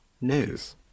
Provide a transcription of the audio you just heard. News